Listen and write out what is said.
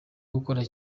gukora